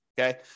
Okay